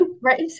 Right